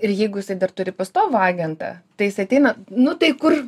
ir jeigu jisai dar turi pastovų agentą tai jis ateina nu tai kur